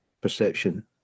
perception